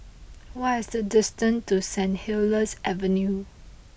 what is the distance to Saint Helier's Avenue